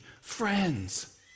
friends